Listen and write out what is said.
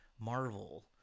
Marvel